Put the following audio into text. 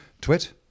TWIT